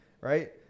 Right